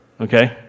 okay